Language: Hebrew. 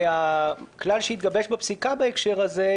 הכלל שהתגבש בפסיקה בהקשר הזה,